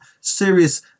serious